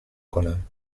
کنم